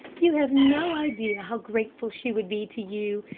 you have no idea how grateful she would be to you,